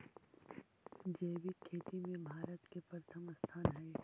जैविक खेती में भारत के प्रथम स्थान हई